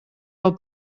del